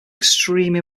extreme